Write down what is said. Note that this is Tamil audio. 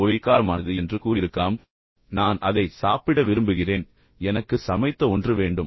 ஒய் காரமானது என்று கூறியிருக்கலாம் நான் அதை சாப்பிட விரும்புகிறேன் எனக்கு சமைத்த ஒன்று வேண்டும்